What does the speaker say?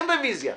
אין רביזיה.